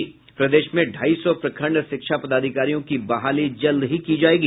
प्रदेश में ढ़ाई सौ प्रखंड शिक्षा पदाधिकारियों की बहाली जल्द ही की जायेगी